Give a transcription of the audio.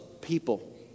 people